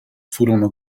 furono